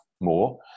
more